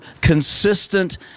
consistent